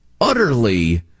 utterly